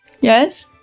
Yes